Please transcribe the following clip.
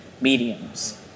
Mediums